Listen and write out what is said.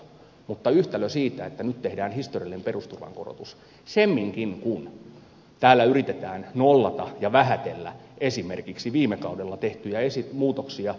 mutta se yhtälö ei toimi että nyt tehdään historiallinen perusturvan korotus semminkin kun täällä yritetään nollata ja vähätellä esimerkiksi viime kaudella tehtyjä muutoksia